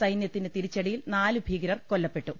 സൈനൃത്തിന്റെ തിരിച്ചടിയിൽ നാലു ഭീകരർ കൊല്ലപ്പെട്ടു